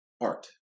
art